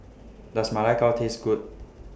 Does Ma Lai Gao Taste Good